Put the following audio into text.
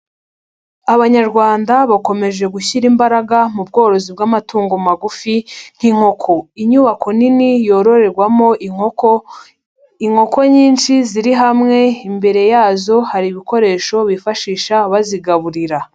Abanyarwanda bakomeje gushyira imbaraga mu bworozi bw'amatungo magufi nk'inkoko, inyubako nini yororerwamo inkoko, inkoko nyinshi ziri hamwe imbere yazo hari ibikoresho bifashisha bazigaburira.